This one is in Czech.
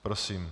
Prosím.